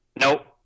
Nope